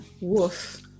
Woof